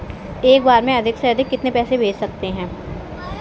एक बार में अधिक से अधिक कितने पैसे भेज सकते हैं?